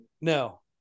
No